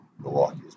Milwaukee